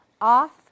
off